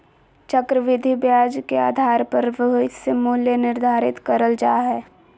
चक्रविधि ब्याज के आधार पर भविष्य मूल्य निर्धारित करल जा हय